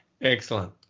Excellent